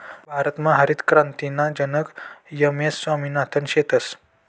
भारतमा हरितक्रांतीना जनक एम.एस स्वामिनाथन शेतस